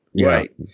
Right